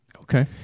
Okay